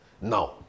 Now